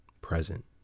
present